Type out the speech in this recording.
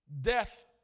Death